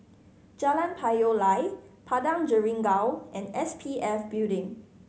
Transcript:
Jalan Payoh Lai Padang Jeringau and S P F Building